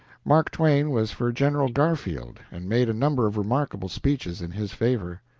mark twain was for general garfield, and made a number of remarkable speeches in his favor.